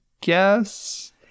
guess